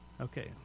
Okay